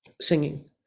singing